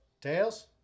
Tails